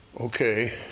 Okay